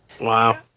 Wow